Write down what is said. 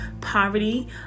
poverty